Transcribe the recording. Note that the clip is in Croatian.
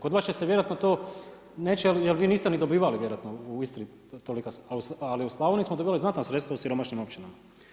Kod vas će se vjerojatno to, neće jer vi niste ni dobivali vjerojatno u Istri tolika, ali u Slavoniji smo dobivali znatna sredstva u siromašnim općinama.